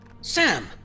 Sam